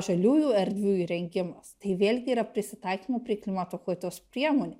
žaliųjų erdvių įrengimas tai vėlgi yra prisitaikymo prie klimato kaitos priemonė